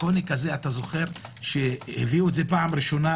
דרקוני כזה אתה זוכר שהביאו את זה פעם ראשונה,